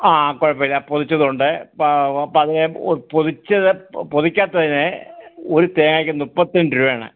ആ കുഴപ്പമില്ല പൊതിച്ചത് ഉണ്ട് പ അപ്പ അത് പൊതിച്ചത് പൊതിക്കാത്തത്തിന് ഒരു തേങ്ങയ്ക്ക് മുപ്പത്തിരണ്ടു രൂപ ആണ്